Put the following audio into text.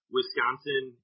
Wisconsin